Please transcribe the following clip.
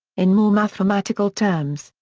in more mathematical terms,